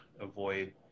avoid